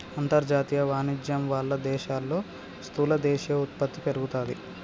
అంతర్జాతీయ వాణిజ్యం వాళ్ళ దేశాల్లో స్థూల దేశీయ ఉత్పత్తి పెరుగుతాది